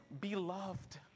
beloved